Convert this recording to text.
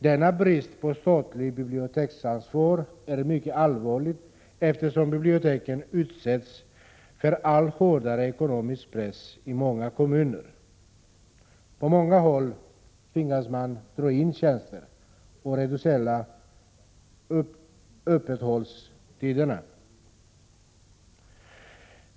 Denna brist på statligt biblioteksansvar är mycket allvarlig, eftersom folkbiblioteken utsätts för allt hårdare ekonomisk press i många kommuner. På många håll tvingas man dra in tjänster och reducera öppethållandetiderna.